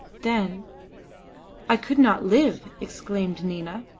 then i could not live, exclaimed nina,